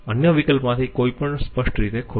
અન્ય વિકલ્પ માંથી કોઈ પણ સ્પષ્ટ રીતે ખોટું છે